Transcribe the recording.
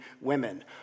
women